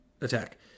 attack